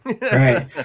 Right